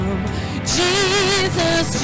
Jesus